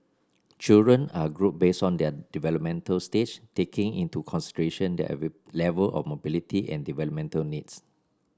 children are grouped based on their developmental stage taking into consideration their level of mobility and developmental needs